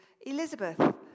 Elizabeth